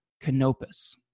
Canopus